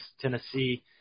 Tennessee